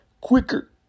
quicker